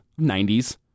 90s